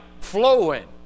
flowing